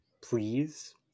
Please